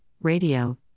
radio